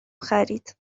خرید